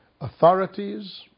authorities